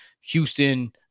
Houston